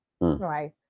Right